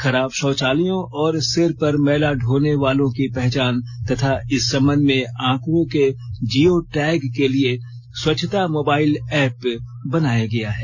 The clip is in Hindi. खराब शौचालयों और सिर पर मैला ढोने वालो की पहचान तथा इस संबंध में आंकड़ों के जियो टैग के लिए स्वच्छता मोबाइल ऐप बनाया गया है